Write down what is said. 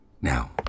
Now